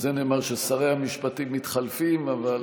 על זה נאמר ששרי המשפטים מתחלפים אבל